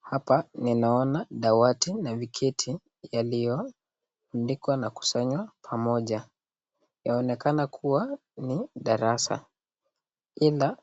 Hapa ninaona dawati na viketi yaliyoandikwa na kusanywa pamoja. Yaonekana kuwa ni darasa, ila